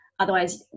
otherwise